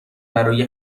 برای